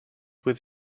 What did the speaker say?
with